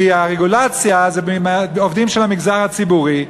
כי הרגולציה היא על העובדים של המגזר הציבורי,